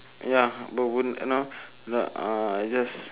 ya bermu~ no n~ uh just